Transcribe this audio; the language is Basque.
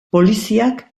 poliziak